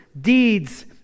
deeds